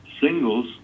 singles